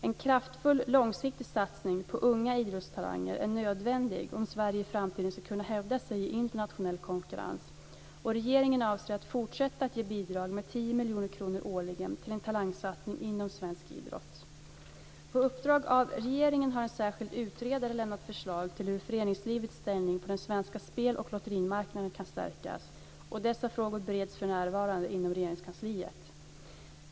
En kraftfull långsiktig satsning på unga idrottstalanger är nödvändig om Sverige i framtiden ska kunna hävda sig i internationell konkurrens. Regeringen avser att fortsätta att ge bidrag med 10 miljoner kronor årligen till en talangsatsning inom svensk idrott. På uppdrag av regeringen har en särskild utredare lämnat förslag till hur föreningslivets ställning på den svenska spel och lotterimarknaden kan stärkas. Dessa frågor bereds för närvarande inom Regeringskansliet.